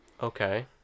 Okay